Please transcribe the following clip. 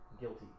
guilty